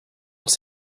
els